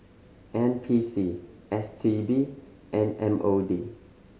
N P C S T B and M O D